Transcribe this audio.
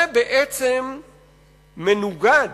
זה מנוגד